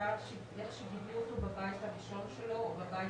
מאיך שגידלו אותו בבית הראשון שלו או בבית